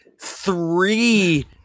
three